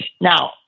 Now